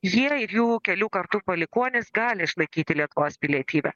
jie ir jų kelių kartų palikuonys gali išlaikyti lietuvos pilietybę